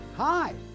Hi